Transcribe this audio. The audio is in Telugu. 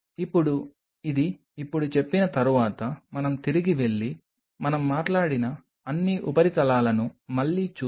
ఇప్పుడు ఇది ఇప్పుడు చెప్పిన తరువాత మనం తిరిగి వెళ్లి మనం మాట్లాడిన అన్ని ఉపరితలాలను మళ్లీ చూద్దాం